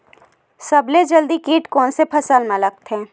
सबले जल्दी कीट कोन से फसल मा लगथे?